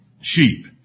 sheep